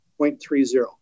0.30